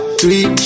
three